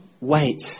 wait